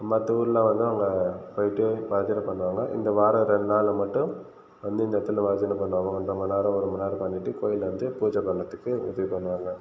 மற்ற ஊர்லாம் வந்து அங்கே போயிட்டு பஜனை பண்ணுவாங்கள் இந்த வார ரெண்டு நாள் மட்டும் வந்து இந்த இடத்துல பஜனை பண்ணுவாங்கள் ஒன்ரை மணி நேரம் ஒரு மணி நேரம் பண்ணிட்டு கோவிலில் வந்து பூஜை பண்ணுறதுக்கு உதவி பண்ணுவாங்கள்